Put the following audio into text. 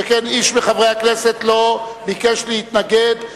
שכן איש מחברי הכנסת לא ביקש להתנגד.